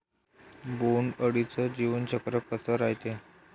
बोंड अळीचं जीवनचक्र कस रायते?